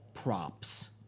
Props